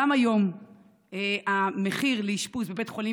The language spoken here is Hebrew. גם היום המחיר לאשפוז בבית חולים